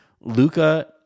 luca